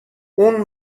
اون